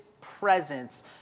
presence